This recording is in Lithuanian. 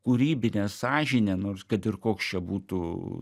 kūrybinė sąžinė nors kad ir koks čia būtų